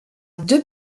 deux